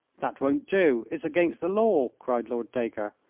that won't do. it's against the law, cried lord dacre.